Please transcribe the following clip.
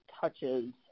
touches